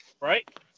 right